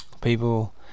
People